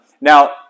Now